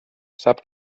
sap